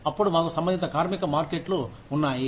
అప్పుడు మాకు సంబంధిత కార్మిక మార్కెట్లు ఉన్నాయి